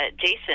Jason